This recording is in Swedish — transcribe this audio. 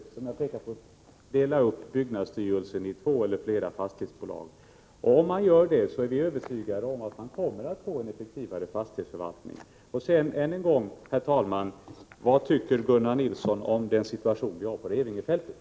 byggnadsstyrelsen delas upp på två eller flera fastighetsbolag. Vi är övertygade om att om man gör det, kommer man att få till stånd en effektivare fastighetsförvaltning. Än en gång, herr talman: Vad tycker Gunnar Nilsson i Eslöv om den situation som vi har på Revingefältet?